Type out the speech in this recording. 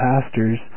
pastors